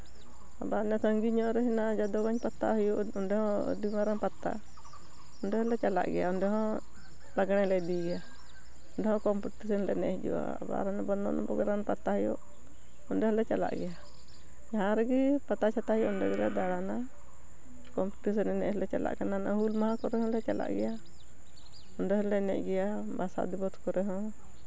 ᱟᱵᱟᱨ ᱦᱟᱱᱮ ᱥᱟᱺᱜᱤᱧ ᱧᱚᱜ ᱨᱮ ᱢᱮᱱᱟᱜ ᱡᱟᱫᱚᱵ ᱜᱚᱧᱡ ᱯᱟᱛᱟ ᱚᱸᱰᱮ ᱦᱚᱸ ᱟᱹᱰᱤ ᱢᱟᱨᱟᱝ ᱯᱟᱛᱟ ᱚᱸᱰᱮ ᱦᱚᱸᱞᱮ ᱪᱟᱞᱟᱜ ᱜᱮᱭᱟ ᱚᱸᱰᱮ ᱦᱚᱸ ᱞᱟᱜᱽᱬᱮ ᱞᱮ ᱤᱫᱤᱭ ᱜᱮᱭᱟ ᱚᱸᱰᱮ ᱦᱚᱸ ᱠᱚᱢᱯᱤᱴᱤᱥᱮᱱ ᱞᱮ ᱮᱱᱮᱡ ᱦᱤᱡᱩᱜᱼᱟ ᱟᱵᱟᱨ ᱦᱟᱱᱮ ᱱᱚᱵᱚᱜᱨᱟᱢ ᱨᱮ ᱯᱟᱛᱟ ᱦᱩᱭᱩᱜ ᱚᱸᱰᱮ ᱦᱚᱸᱞᱮ ᱪᱟᱞᱟᱜ ᱜᱮᱭᱟ ᱡᱟᱦᱟᱸ ᱨᱮᱜᱮ ᱯᱟᱛᱟᱼᱪᱷᱟᱛᱟ ᱦᱩᱭᱩᱜ ᱚᱸᱰᱮ ᱜᱮᱞᱮ ᱫᱟᱬᱟᱱᱟ ᱠᱚᱢᱯᱤᱴᱤᱥᱮᱱ ᱮᱱᱮᱡ ᱦᱚᱸᱞᱮ ᱪᱟᱞᱟᱜ ᱠᱟᱱᱟᱞᱮ ᱚᱱᱮ ᱦᱩᱞᱢᱟᱦᱟ ᱠᱟᱨᱮ ᱦᱚᱸᱞᱮ ᱪᱟᱞᱟᱜ ᱜᱮᱭᱟ ᱚᱸᱰᱮ ᱦᱚᱸᱞᱮ ᱮᱱᱮᱡ ᱜᱮᱭᱟ ᱵᱷᱟᱥᱟ ᱫᱤᱵᱚᱥ ᱠᱚᱨᱮ ᱦᱚᱸ